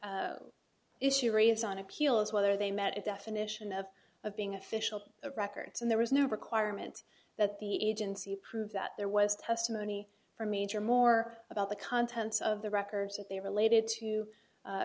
issue raised on appeal is whether they met a definition of of being official records and there was no requirement that the agency prove that there was testimony from major more about the contents of the records that they related to